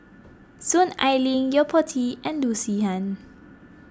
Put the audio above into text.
Soon Ai Ling Yo Po Tee and Loo Zihan